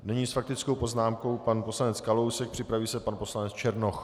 Nyní s faktickou poznámkou pan poslanec Kalousek, připraví se pan poslanec Černoch.